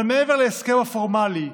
אבל מעבר להסכם הפורמלי,